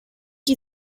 die